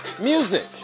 Music